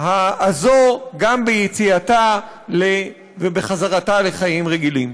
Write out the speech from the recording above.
הזו גם ביציאתה ובחזרתה לחיים רגילים.